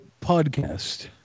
podcast